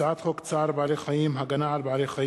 הצעת חוק צער בעלי-חיים (הגנה על בעלי-חיים)